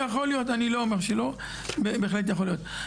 יכול להיות אני לא אומר שלו, בהחלט יכול להיות.